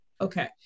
okay